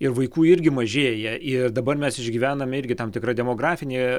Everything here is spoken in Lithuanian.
ir vaikų irgi mažėja ir dabar mes išgyvename irgi tam tikra demografinė